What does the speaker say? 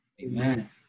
amen